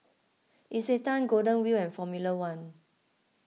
Isetan Golden Wheel and formula one